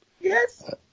Yes